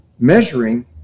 Measuring